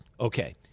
Okay